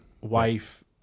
wife –